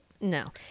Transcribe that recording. No